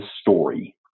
story